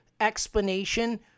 explanation